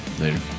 Later